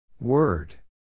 Word